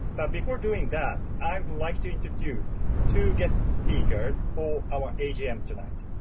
but before doing that, i'd like to introduce two guest speakers for our agm tonight.